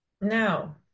No